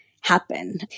happen